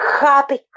happy